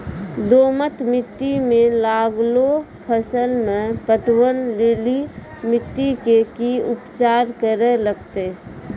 दोमट मिट्टी मे लागलो फसल मे पटवन लेली मिट्टी के की उपचार करे लगते?